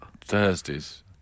Thursdays